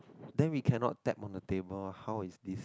then we cannot tap on the table how is this